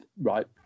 Right